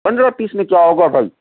پندرہ پیس میں کیا ہوگا بھائی